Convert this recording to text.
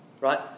Right